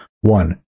One